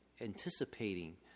anticipating